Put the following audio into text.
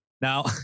Now